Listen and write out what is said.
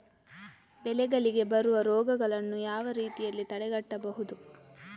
ಬೆಳೆಗಳಿಗೆ ಬರುವ ರೋಗಗಳನ್ನು ಯಾವ ರೀತಿಯಲ್ಲಿ ತಡೆಗಟ್ಟಬಹುದು?